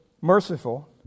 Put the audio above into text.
merciful